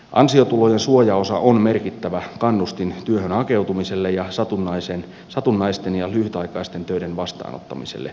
ansiotulojen suojaosa on merkittävä kannustin työhön hakeutumiselle ja satunnaisten ja lyhytaikaisten töiden vastaanottamiselle